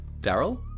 Daryl